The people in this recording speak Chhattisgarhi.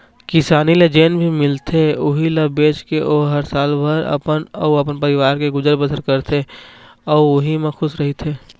किसानी ले जेन भी मिलथे उहीं ल बेचके ओ ह सालभर अपन अउ अपन परवार के गुजर बसर करथे अउ उहीं म खुस रहिथे